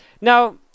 Now